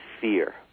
fear